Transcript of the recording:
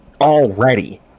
already